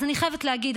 אז אני חייבת להגיד,